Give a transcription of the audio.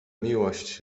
miłość